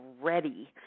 ready